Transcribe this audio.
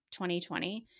2020